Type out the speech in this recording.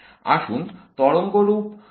আসুন তরঙ্গরূপ বর্গটি নিই